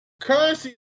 Currency